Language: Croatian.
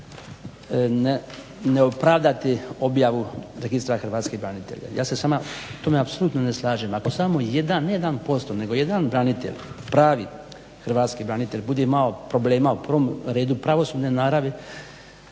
ne opravdati objavu Registra hrvatskih branitelja. Ja se s vama u tome apsolutno ne slažem. Ako samo jedan ne 1% nego jedan branitelj pravi hrvatski branitelj bude imao problema u prvom redu pravosudne naravi